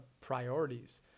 priorities